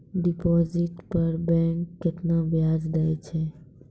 Deposit पर bank केतना ब्याज दै छै?